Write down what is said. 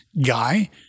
guy